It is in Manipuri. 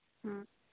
ꯎꯝ